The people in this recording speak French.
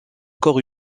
corps